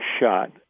shot